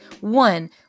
One